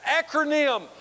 acronym